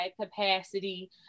capacity